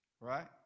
Right